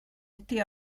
ydi